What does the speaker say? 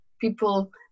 people